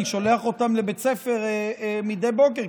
אני שולח אותם לבית ספר מדי בוקר,